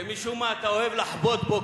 שמשום מה אתה אוהב לחבוט בו,